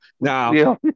Now